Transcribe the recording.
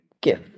give